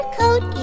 coat